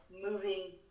moving